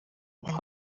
ухаан